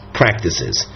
practices